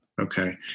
Okay